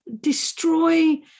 destroy